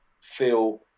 feel